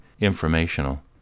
informational